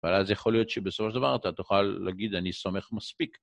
אבל אז יכול להיות שבסופו של דבר אתה תוכל להגיד, אני סומך מספיק.